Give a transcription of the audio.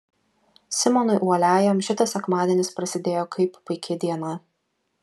simonui uoliajam šitas sekmadienis prasidėjo kaip puiki diena